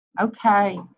okay